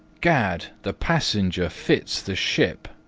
gad! the passenger fits the ship!